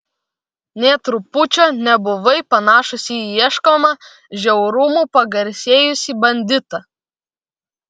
nė trupučio nebuvai panašus į ieškomą žiaurumu pagarsėjusį banditą